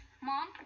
Mom